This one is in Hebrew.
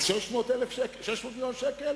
או 600 מיליון שקל,